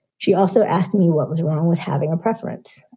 she also asked me what was wrong with having a preference.